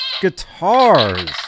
Guitars